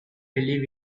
believe